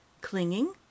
clinging